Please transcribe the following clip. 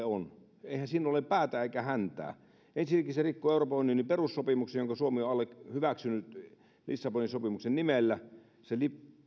on eihän siinä ole päätä eikä häntää ensinnäkin se rikkoo euroopan unionin perussopimuksia jotka suomi on hyväksynyt lissabonin sopimuksen nimellä se